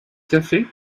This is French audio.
café